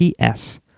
ps